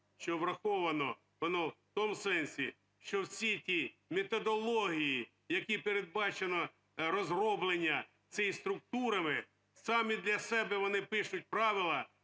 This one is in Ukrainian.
що враховано воно в тому сенсі, що всі ті методології, які передбачено, розроблення цими структурами, самі для себе вони пишуть правила,